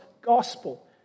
gospel